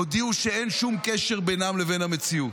הודיעו שאין שום קשר בינן לבין המציאות.